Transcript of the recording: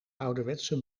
ouderwetse